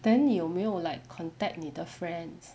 then 你有没有 like contact 你的 friends